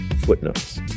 Footnotes